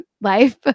life